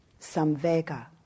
Samvega